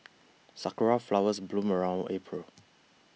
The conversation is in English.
sakura flowers bloom around April